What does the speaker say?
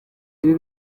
ibi